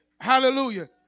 Hallelujah